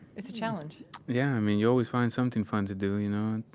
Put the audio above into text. it's a challenge yeah. i mean, you always find something fun to do, you know?